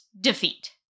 defeat